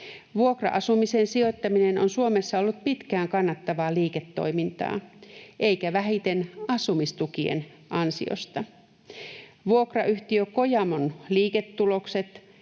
Vuokra-asumiseen sijoittaminen on Suomessa ollut pitkään kannattavaa liiketoimintaa, eikä vähiten asumistukien ansiosta. Vuokrayhtiö Kojamon liiketulokset